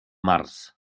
març